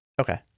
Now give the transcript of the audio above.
Okay